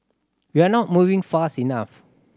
we are not moving fast enough